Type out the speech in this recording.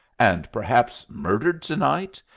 and perhaps murdered to-night,